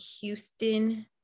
Houston